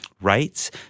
Rights